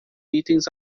itens